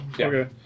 Okay